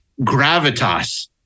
gravitas